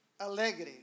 Alegre